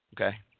Okay